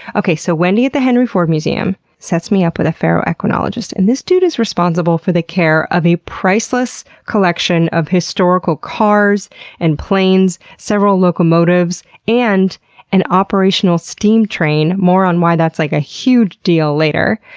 okay, so wendy at the henry ford museum sets me up with a ferroequinologist, and this dude is responsible for the care of a priceless collection of historical cars and planes, several locomotives, and an operational steam train. more on why that's like a huge deal later.